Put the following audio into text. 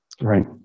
right